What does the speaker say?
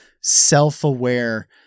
self-aware